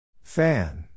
Fan